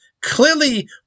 clearly